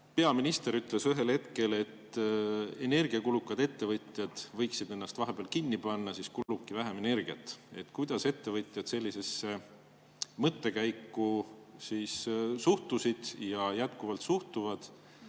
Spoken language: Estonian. Peaminister ütles ühel hetkel, et energiakulukad ettevõtjad võiksid ennast vahepeal kinni panna, siis kulubki vähem energiat. Kuidas ettevõtjad sellisesse mõttekäiku suhtusid ja jätkuvalt suhtuvad?